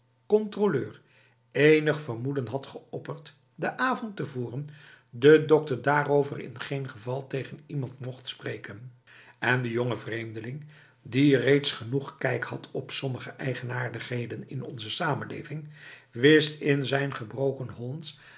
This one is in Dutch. controleur enig vermoeden had geopperd de avond tevoren de dokter daarover in geen geval tegen iemand mocht spreken en de jonge vreemdeling die reeds genoeg kijk had op sommige eigenaardigheden in onze samenleving wist in zijn gebroken